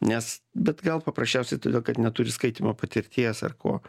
nes bet gal paprasčiausiai todėl kad neturi skaitymo patirties ar ko